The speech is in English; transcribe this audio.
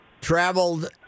traveled